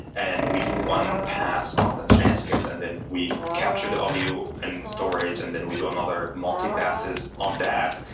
and we do one pass on the transcript, and then we capture the audio in and storage, and then we do another multi-passes on that.